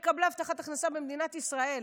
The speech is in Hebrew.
מקבלי הבטחת הכנסה במדינת ישראל.